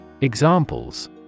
Examples